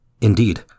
Indeed